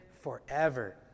forever